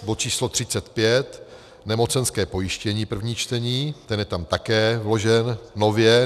bod číslo 35, nemocenské pojištění, první čtení, ten je tam také vložen nově